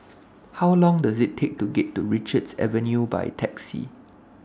How Long Does IT Take to get to Richards Avenue By Taxi